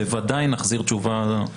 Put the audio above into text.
בוודאי נחזיר תשובה, כמו שביקשת.